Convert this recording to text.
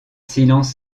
silence